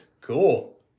cool